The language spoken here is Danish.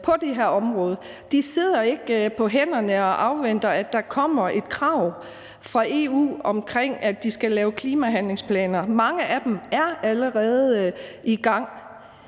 De sidder ikke på hænderne og afventer, at der kommer et krav fra EU om, at de skal lave klimahandlingsplaner; mange af dem er allerede i gang.